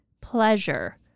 pleasure